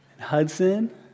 Hudson